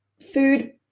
food